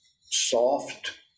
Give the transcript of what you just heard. soft